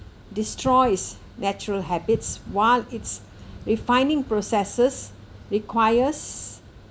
destroys natural habits while its refining processes requires